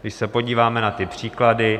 Když se podíváme na ty příklady...